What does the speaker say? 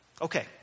Okay